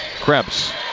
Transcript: Krebs